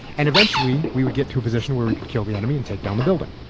and eventually we would get to a position where we could kill the enemy and take down the building.